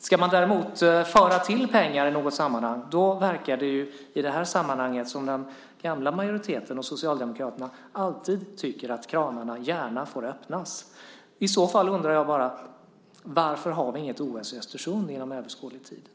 Ska man däremot föra till pengar i något sammanhang, verkar det som om den gamla majoriteten och Socialdemokraterna alltid tycker att kranarna gärna får öppnas. I så fall undrar jag bara: Varför får vi inget OS i Östersund inom överskådlig tid?